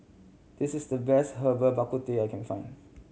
this is the best Herbal Bak Ku Teh I can find